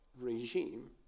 regime